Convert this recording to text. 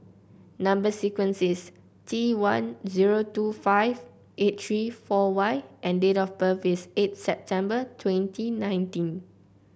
number sequence is T one zero two five eight three four Y and date of birth is eight September twenty nineteen